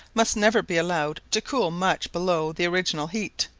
must never be allowed to cool much below the original heat,